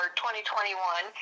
2021